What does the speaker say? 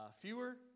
fewer